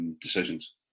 Decisions